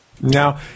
Now